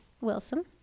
Wilson